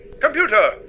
Computer